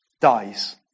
Dies